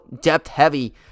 depth-heavy